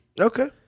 Okay